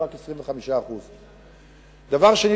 זה רק 25%. דבר שני,